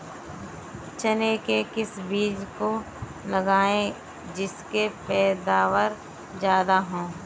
चने के किस बीज को लगाएँ जिससे पैदावार ज्यादा हो?